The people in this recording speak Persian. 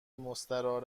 مستراح